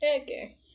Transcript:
okay